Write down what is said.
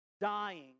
Dying